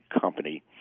Company